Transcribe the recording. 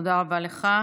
תודה רבה לך.